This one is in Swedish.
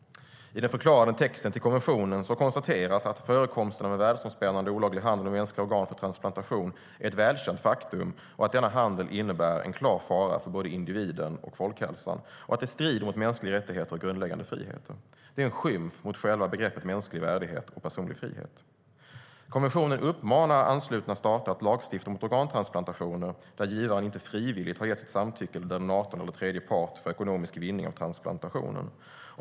I den förklarande texten till konventionen konstateras att förekomsten av en världsomspännande olaglig handel med mänskliga organ för transplantation är ett välkänt faktum och att denna handel innebär en klar fara för både individen och folkhälsan och strider mot mänskliga rättigheter och grundläggande friheter. Det är en skymf mot själva begreppet mänsklig värdighet och personlig frihet. Konventionen uppmanar anslutna stater att lagstifta mot organtransplantationer där givaren inte frivilligt har gett sitt samtycke eller när donatorn eller tredje part får ekonomisk vinning av transplantationen.